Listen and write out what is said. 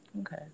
Okay